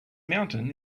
mountain